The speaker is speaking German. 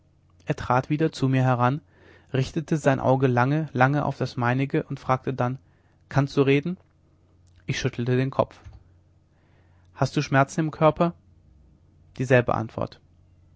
er trat wieder zu mir heran richtete sein auge lange lange auf das meinige und fragte dann kannst du reden ich schüttelte den kopf hast du schmerzen im körper dieselbe antwort